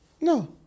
no